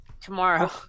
Tomorrow